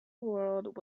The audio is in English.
world